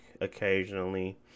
occasionally